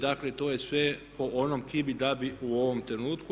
Dakle, to je sve po onom ki bi da bi u ovom trenutku.